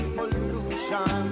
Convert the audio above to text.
pollution